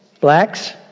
Blacks